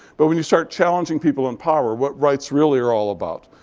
but when you start challenging people in power, what rights really are all about,